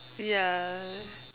ya